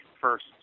first